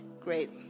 Great